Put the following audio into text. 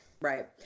Right